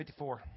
54